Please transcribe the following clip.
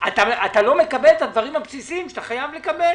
אתה לא מקבל את הדברים הבסיסיים שאתה חייב לקבל.